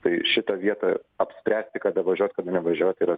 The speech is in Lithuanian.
tai šita vieta apspręsti kada važiuot kada nevažiuot yra